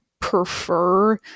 prefer